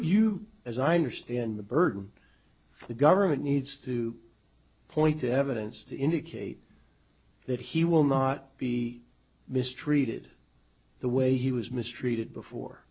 you as i understand the burden for the government needs to point to evidence to indicate that he will not be mistreated the way he was mistreated